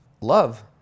Love